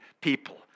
people